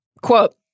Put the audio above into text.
quote